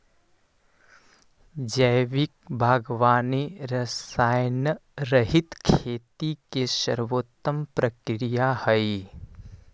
जैविक बागवानी रसायनरहित खेती के सर्वोत्तम प्रक्रिया हइ